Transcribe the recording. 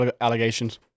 allegations